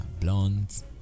blondes